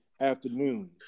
afternoon